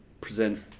present